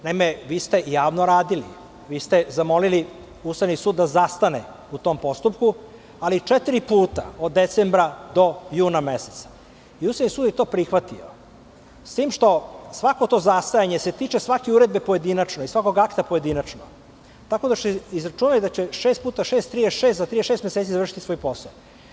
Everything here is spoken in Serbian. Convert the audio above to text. Naime, vi ste javno radili, zamolili Ustavni sud da zastane u tom postupku, ali četiri puta od decembra do juna meseca, i Ustavni sud je to prihvatio, s tim što to zastajanje se tiče svake uredbe pojedinačno i svakog akta pojedinačnog, tako da izračunajte, pa vam je šest puta šest 36, i za 36 meseci ćete završiti svoj posao.